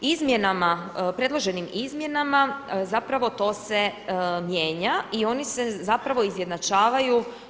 Izmjenama, predloženim izmjenama zapravo to se mijenja i oni se zapravo izjednačavaju.